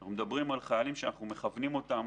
אנחנו מדברים על חיילים שאנחנו מכוונים אותם